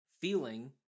Feeling